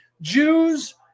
Jews